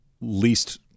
least